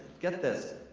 get this,